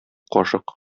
кашык